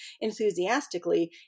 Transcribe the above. enthusiastically